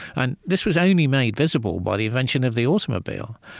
and this was only made visible by the invention of the automobile.